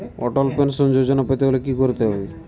অটল pension Yojana পেতে হলে কি করতে হবে?